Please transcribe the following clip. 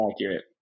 accurate